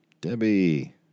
Debbie